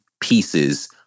pieces